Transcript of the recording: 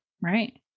Right